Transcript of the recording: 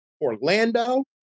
Orlando